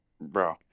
bro